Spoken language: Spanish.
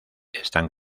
están